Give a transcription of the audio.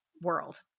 world